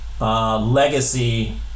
legacy